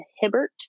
Hibbert